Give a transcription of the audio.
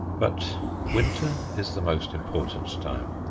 but winter is the most important time.